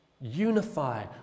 unify